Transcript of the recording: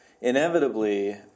inevitably